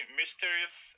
mysterious